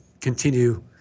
continue